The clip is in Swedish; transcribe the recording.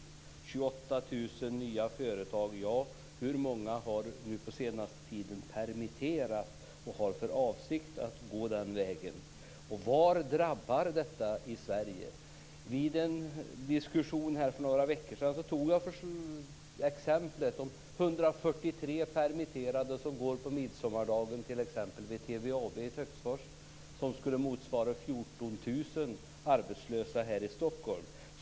Det talades om 28 000 nya företag. Hur många har på senaste tiden permitterat och har för avsikt att gå den vägen? Var drabbar detta i Sverige? Vid en diskussion här för några veckor sedan tog jag exemplet om 143 permitterade vid TVAB i Töcksfors som får gå på midsommardagen. Det skulle motsvara 14 000 arbetslösa här i Stockholm.